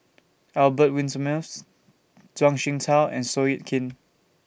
Albert Winsemius Zhuang Shengtao and Seow Yit Kin